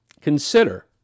Consider